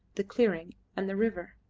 the clearing, and the river.